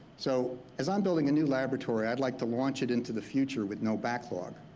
so as i'm building a new laboratory, i'd like to launch it into the future with no backlog.